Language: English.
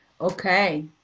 Okay